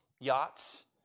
yachts